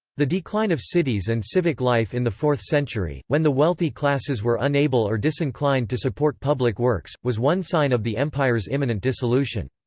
the decline of cities and civic life in the fourth century, when the wealthy classes were unable or disinclined to support public works, was one sign of the empire's imminent dissolution.